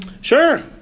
Sure